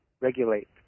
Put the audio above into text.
regulate